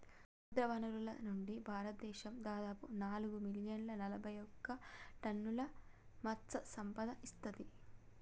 సముద్రవనరుల నుండి, భారతదేశం దాదాపు నాలుగు మిలియన్ల నలబైఒక లక్షల టన్నుల మత్ససంపద ఇస్తుంది